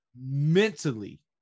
mentally